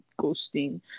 ghosting